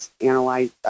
analyze